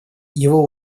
его